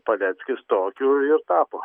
paleckis tokiu ir tapo